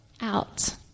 out